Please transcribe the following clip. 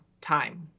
time